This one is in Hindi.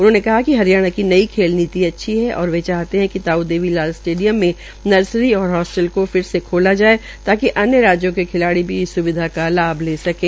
उन्होंने कहा कि हरियाणा की नई खेल नीति अच्छी है और वे चाहते है ताऊ देवी लाल स्टेडियम में नर्सरी और होस्टल का फिर से खोला जाये ताकि अन्य राज्यों के खिलाड़ी भी इस स्विधा का लाभ उठा सकें